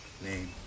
name